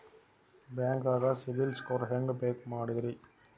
ಬ್ಯಾಂಕ್ದಾಗ ಸಿಬಿಲ್ ಸ್ಕೋರ್ ಹೆಂಗ್ ಚೆಕ್ ಮಾಡದ್ರಿ?